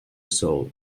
soul